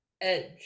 edge